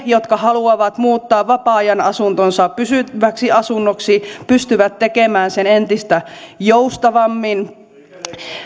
jotka haluavat muuttaa vapaa ajanasuntonsa pysyväksi asunnoksi pystyvät tekemään sen entistä joustavammin